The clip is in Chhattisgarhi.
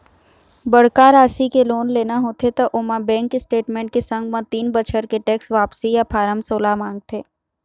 बड़का राशि के लोन लेना होथे त ओमा बेंक स्टेटमेंट के संग म तीन बछर के टेक्स वापसी या फारम सोला मांगथे